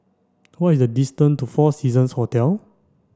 what is the distance to Four Seasons Hotel